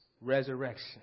resurrection